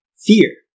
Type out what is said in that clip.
Fear